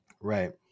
right